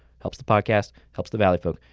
helps the podcast, helps the valleyfolk.